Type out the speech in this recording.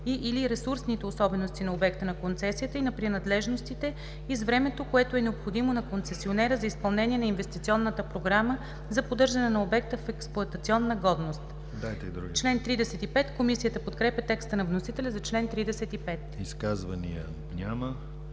и/или ресурсните особености на обекта на концесията и на принадлежностите, и с времето, което е необходимо на концесионера за изпълнение на инвестиционната програма за поддържане на обекта в експлоатационна годност.“ Комисията подкрепя текста на вносителя за чл. 35. ПРЕДСЕДАТЕЛ